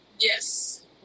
Yes